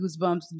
goosebumps